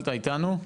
אתה איתנו?